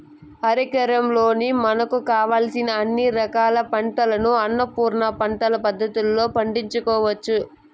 అరెకరంలోనే మనకు కావలసిన అన్ని రకాల పంటలను అన్నపూర్ణ పంటల పద్ధతిలో పండించుకోవచ్చు